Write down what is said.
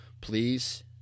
please